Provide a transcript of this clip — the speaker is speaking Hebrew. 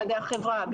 במדעי החברה,